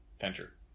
venture